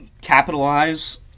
capitalize